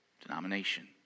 Denomination